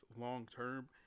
long-term